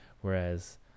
Whereas